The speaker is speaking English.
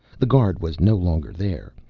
the guard was no longer there,